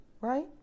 right